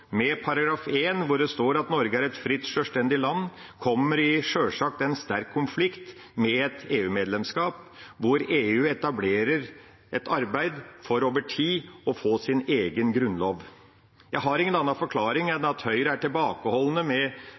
med § 1 hvor det står at Norge er et fritt, sjølstendig land, sjølsagt kommer i sterk konflikt med et EU-medlemskap, hvor EU etablerer et arbeid for over tid å få sin egen Grunnlov. Jeg har ingen annen forklaring enn at Høyre er tilbakeholdne med